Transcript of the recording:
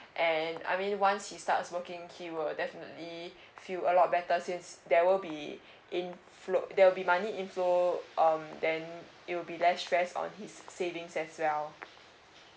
and I mean once he start working he will definitely feel a lot better since there will be inflow there will be money inflow um then it will be less stress on his savings as well